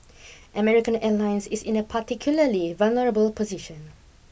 American Airlines is in a particularly vulnerable position